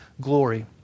glory